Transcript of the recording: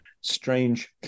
strange